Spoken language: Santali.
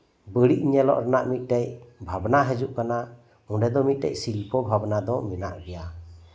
ᱵᱟᱹᱲᱤᱡ ᱧᱮᱞᱚᱜ ᱨᱮᱭᱟᱜ ᱢᱤᱫᱴᱮᱡ ᱵᱷᱟᱵᱽᱱᱟ ᱦᱤᱡᱩᱜ ᱠᱟᱱᱟ ᱚᱱᱰᱮ ᱫᱚ ᱢᱤᱫᱴᱮᱡ ᱥᱤᱞᱯᱚ ᱵᱷᱟᱵᱽᱱᱟ ᱫᱚ ᱢᱮᱱᱟᱜ ᱜᱮᱭᱟ